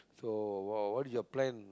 so wh~ what is your plan